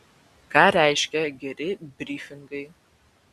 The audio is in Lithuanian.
ką reiškia geri brifingai